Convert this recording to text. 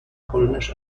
polnisch